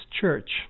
church